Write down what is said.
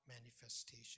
manifestation